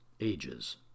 ages